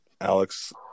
alex